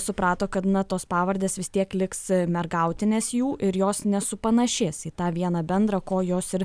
suprato kad na tos pavardės vis tiek liks mergautinės jų ir jos nesupanašės į tą vieną bendrą ko jos ir